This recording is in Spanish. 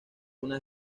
una